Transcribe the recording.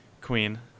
queen